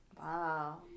Wow